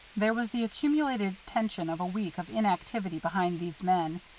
there was the accumulated tension of a week of inactivity behind these men,